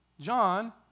John